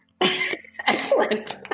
Excellent